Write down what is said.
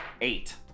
Eight